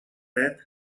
death